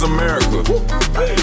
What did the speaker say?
America